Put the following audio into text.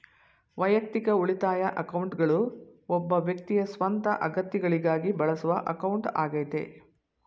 ವೈಯಕ್ತಿಕ ಉಳಿತಾಯ ಅಕೌಂಟ್ಗಳು ಒಬ್ಬ ವ್ಯಕ್ತಿಯ ಸ್ವಂತ ಅಗತ್ಯಗಳಿಗಾಗಿ ಬಳಸುವ ಅಕೌಂಟ್ ಆಗೈತೆ